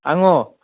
आं